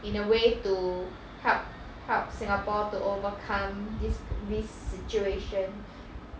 in a way to help help singapore to overcome this this situation